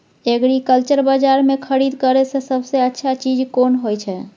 Agriculture बाजार में खरीद करे से सबसे अच्छा चीज कोन होय छै?